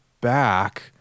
back